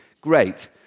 great